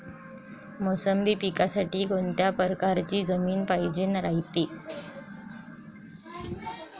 मोसंबी पिकासाठी कोनत्या परकारची जमीन पायजेन रायते?